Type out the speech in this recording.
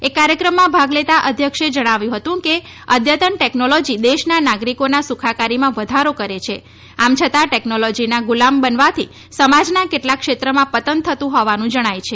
એક કાર્યક્રમમાં ભાગ લેતા અધ્યક્ષે જણાવ્યું હતું કે અદ્યતન ટેકનોલોજી દેશના નાગરિકોના સુખાકારીમાં વધારો કરે છે આમ છતાં ટેકનોલોજીના ગુલામ બનવાથી સમાજના કેટલાક ક્ષેત્રમાં પતન થતું હોવાનું જણાય છે